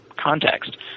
context